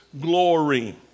glory